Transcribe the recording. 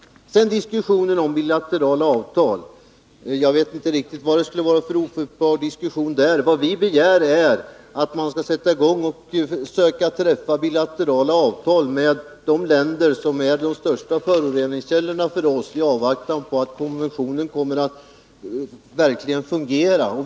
Så till diskussionen om bilaterala avtal. Jag vet inte riktigt vad det skulle vara för ofruktbar diskussion som förts där. Vad vi begär är att man skall sätta i gång och försöka träffa bilaterala avtal med de länder som är de största föroreningskällorna för oss i avvaktan på att konventionen verkligen fungerar.